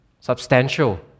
substantial